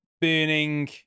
burning